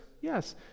yes